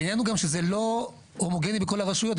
העניין הוא גם שזה לא הומוגני בכל הרשויות.